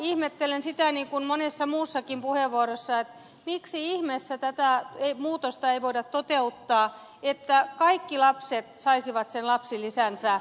ihmettelen sitä niin kuin monessa muussakin puheenvuorossa miksi ihmeessä tätä muutosta ei voida toteuttaa että kaikki lapset saisivat sen lapsilisänsä